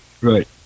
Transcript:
right